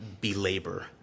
belabor